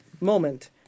moment